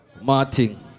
Martin